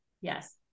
Yes